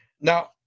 Now